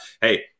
hey